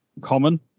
common